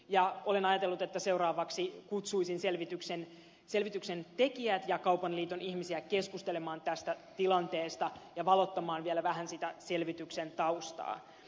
ja olen ajatellut että seuraavaksi kutsuisin selvityksentekijät ja kaupan liiton ihmisiä keskustelemaan tästä tilanteesta ja valottamaan vielä vähän sitä selvityksen taustaa